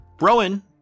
Rowan